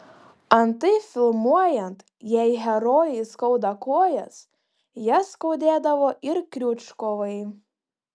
antai filmuojant jei herojei skauda kojas jas skaudėdavo ir kriučkovai